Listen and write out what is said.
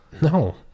no